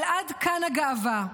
אבל עד כאן הגאווה,